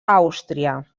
àustria